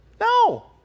No